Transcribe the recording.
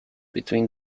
between